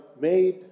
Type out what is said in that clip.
made